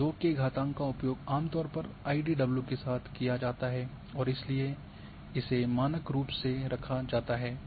तो दो के घातांक का उपयोग आमतौर पर आईडीडब्लू के साथ किया जाता है और इसीलिए इसे मानक रूप से रखा जाता है